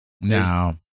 No